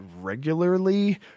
regularly